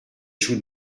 joues